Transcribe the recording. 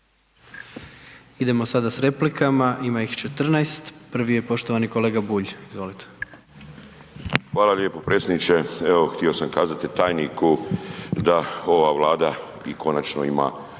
Idemo sada s replikama, ima ih 14. Prvi je poštovani kolega Bulj, izvolite. **Bulj, Miro (MOST)** Hvala lijepo predsjedniče. Evo, htio sam kazati tajniku da ova Vlada i konačno ima